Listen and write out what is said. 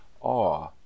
awe